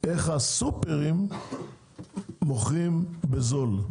איך הסופרים מוכרים בזול.